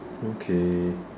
okay